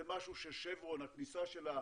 זה משהו שהכניסה של שברון